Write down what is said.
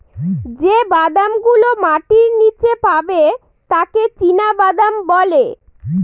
যে বাদাম গুলো মাটির নীচে পাবে তাকে চীনাবাদাম বলে